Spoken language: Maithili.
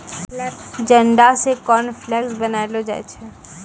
जंडा से कॉर्नफ्लेक्स बनैलो जाय छै